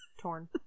torn